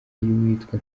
y’uwitwa